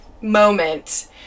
moment